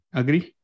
agree